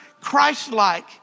Christ-like